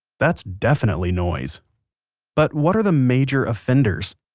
that's definitely noise but what are the major offenders?